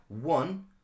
One